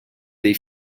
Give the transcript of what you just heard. dei